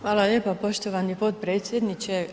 Hvala lijepa poštovani potpredsjedniče.